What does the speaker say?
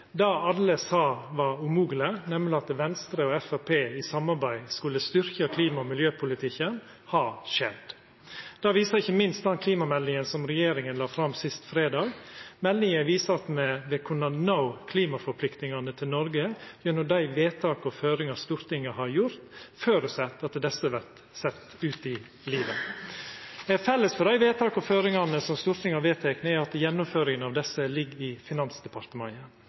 Det alle sa var umogleg, nemleg at Venstre og Framstegspartiet i samarbeid skulle styrkja klima- og miljøpolitikken, har skjedd. Det viser ikkje minst klimameldinga som regjeringa la fram sist fredag. Meldinga viser at me kan nå klimaforpliktingane til Noreg gjennom dei vedtaka og føringane som Stortinget har gjort, under føresetnad av at dei vert sette ut i livet. Felles for vedtaka og føringane frå Stortinget er at gjennomføringa av dei ligg i Finansdepartementet,